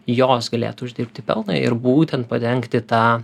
jos galėtų uždirbti pelną ir būtent padengti tą